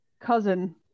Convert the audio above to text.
cousin